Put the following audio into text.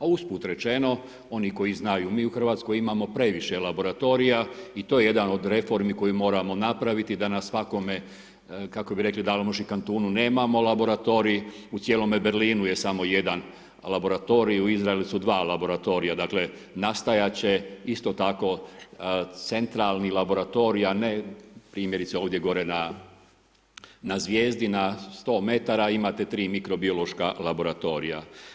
A usput rečeno, oni koji znaju, mi u Hrvatskoj imamo previše laboratorija i to je jedan od reformi koji moramo napraviti da na svakome, kako bi rekli Dalmoši, kantunu nemamo laboratorij, u cijelome Berlinu je samo jedan laboratorij, u Izraelu su dva laboratorija, dakle nastajat će isto tako centralni laboratorij a ne primjerice ovdje gore na Zvijezdi, na 100 m imate 3 mikrobiološka laboratorija.